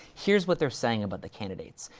here's what they're saying about the candidates.